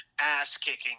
ass-kicking